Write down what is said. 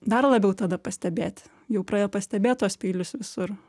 dar labiau tada pastebėti jau praėjo pastebėt tuos peilius visur